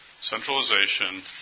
centralization